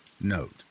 Note